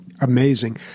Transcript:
amazing